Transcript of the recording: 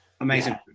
amazing